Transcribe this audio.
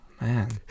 Man